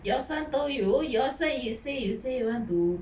your son told you you all say you say you say want to